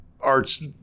Art's